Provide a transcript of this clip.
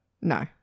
No